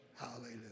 Hallelujah